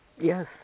Yes